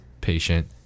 patient